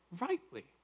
rightly